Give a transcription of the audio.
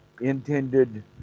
intended